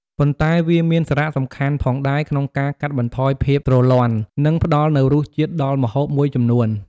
ប៉ុន្តែវាក៏មានសារៈសំខាន់ផងដែរក្នុងការកាត់បន្ថយភាពទ្រលាន់ និងផ្តល់នូវរសជាតិដល់ម្ហូបមួយចំនួន។